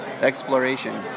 exploration